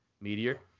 Meteor